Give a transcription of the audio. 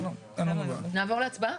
נעבור להצבעה?